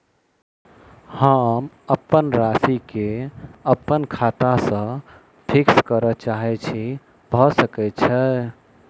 हम अप्पन राशि केँ अप्पन खाता सँ फिक्स करऽ चाहै छी भऽ सकै छै?